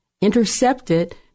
intercepted